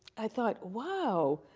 i thought, wow,